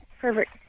Perfect